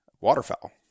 waterfowl